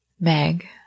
Meg